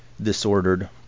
disordered